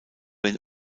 den